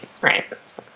right